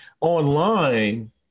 online